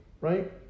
Right